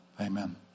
Amen